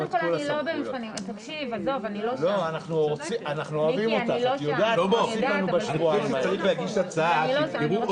את אמרת שיש אפשרות למצב שיש שלוש